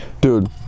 dude